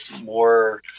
more